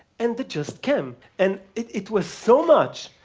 and they just came, and it it was so much,